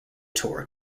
tour